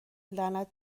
لعنت